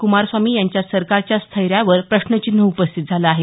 क्मारस्वामी यांच्या सरकारच्या स्थैर्यावर प्रश्नचिन्ह उपस्थित झालं आहे